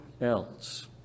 else